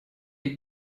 les